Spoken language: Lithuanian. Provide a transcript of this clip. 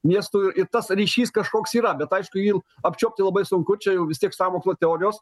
miestų ir tas ryšys kažkoks yra bet aišku jį apčiuopti labai sunku čia jau vis tiek sąmokslo teorijos